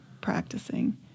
practicing